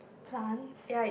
plants